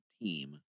team